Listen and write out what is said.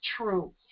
true